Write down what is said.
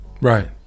Right